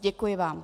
Děkuji vám.